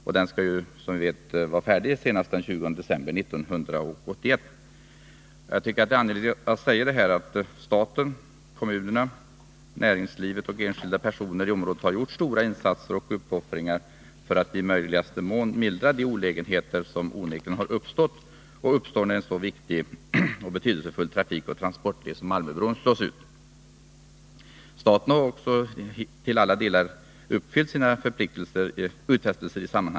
Bron skall, som vi vet, vara färdig senast den 20 december 1981. Jag tycker att det är angeläget att säga att staten, kommunerna, näringslivet och enskilda personer i området har gjort stora insatser och uppoffringar för att i möjligaste mån mildra de olägenheter som onekligen uppstått och uppstår när en så viktig och betydelsefull trafikoch transportled som Almöbron slås ut. Staten har också till alla delar uppfyllt sina utfästelser.